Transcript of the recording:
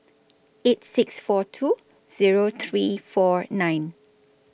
eight six four two Zero three four nine